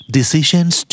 Decisions